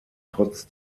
trotz